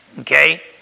okay